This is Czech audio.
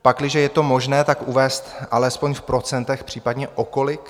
Pakliže je to možné, tak uvést alespoň v procentech, případně o kolik.